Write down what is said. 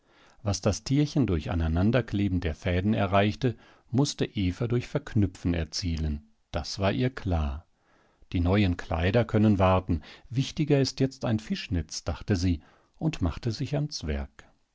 was das tierchen durch aneinanderkleben der fäden erreichte mußte eva durch verknüpfen erzielen das war ihr klar die neuen kleider können warten wichtiger ist jetzt ein fischnetz dachte sie und machte sich ans werk